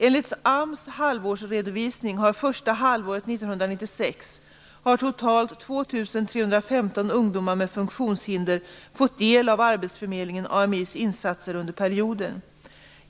1996 har totalt 2 315 ungdomar med funktionshinder fått del av arbetsförmedlingens/AMI:s insatser under perioden.